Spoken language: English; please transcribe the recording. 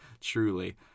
truly